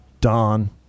Don